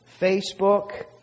Facebook